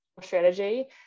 strategy